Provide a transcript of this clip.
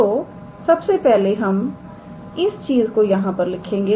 तो सबसे पहले हम इस चीज को यहां पर लिखेंगे